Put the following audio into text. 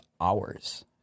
hours